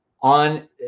on –